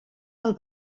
del